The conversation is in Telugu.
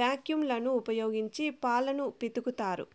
వాక్యూమ్ లను ఉపయోగించి పాలను పితుకుతారు